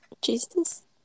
Jesus